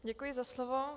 Děkuji za slovo.